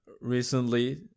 recently